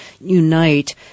unite